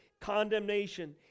condemnation